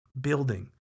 building